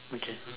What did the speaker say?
okay